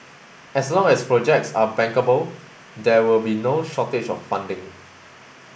as long as projects are bankable there will be no shortage of funding